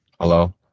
Hello